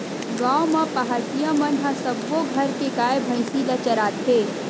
गाँव म पहाटिया मन ह सब्बो घर के गाय, भइसी ल चराथे